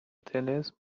طلسم